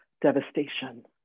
devastation